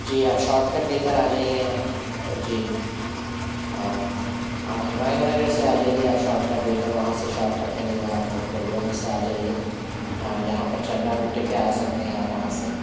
جی آپ shortcut لے کر آ جائیے نا جی ہاں ہاں ہمایوں نگر سے آ جائیے آپ شاٹ کٹ لے کر وہاں سے شاٹ کٹ ملے گا آپ کو گلیوں میں سے آ جائیے ہاں یہاں پہ چندن گٹے پہ آ سکتے ہیں آپ وہاں سے